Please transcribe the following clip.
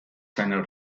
seiner